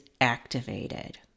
activated